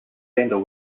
sandal